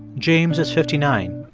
james is fifty nine,